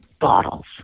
bottles